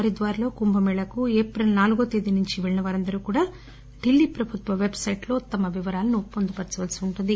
హరిద్వార్లో కుంభమేళాకు ఏప్రిల్ నాలుగో తేదీ నుంచి పెల్లిన వారందరూ కూడా ఢిల్లీ ప్రభుత్వ పెబ్సెట్లో తమ వివరాలను పొందుపరదాల్సి ఉంటుంది